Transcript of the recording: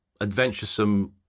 adventuresome